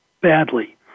badly